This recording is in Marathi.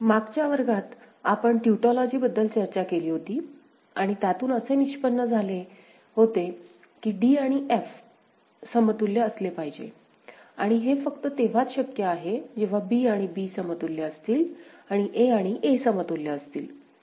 मागच्या वर्गात आपण टयूटॉलॉजि बद्दल चर्चा केली होती आणि आणि त्यातून असे निष्पन्न झाले होते की d आणि f समतुल्य असले पाहिजेआणि हे फक्त तेव्हाच शक्य आहे जेव्हा b आणि b समतुल्य असतील आणि a आणि a समतुल्य असतील